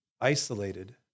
isolated